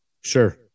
Sure